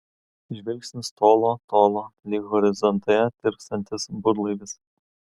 žvilgsnis tolo tolo lyg horizonte tirpstantis burlaivis